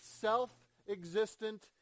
self-existent